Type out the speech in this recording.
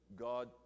God